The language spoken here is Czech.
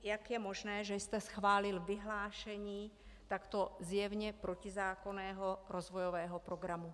Jak je možné, že jste schválil vyhlášení takto zjevně protizákonného rozvojového programu?